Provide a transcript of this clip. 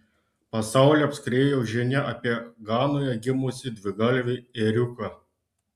pasaulį apskriejo žinia apie ganoje gimusį dvigalvį ėriuką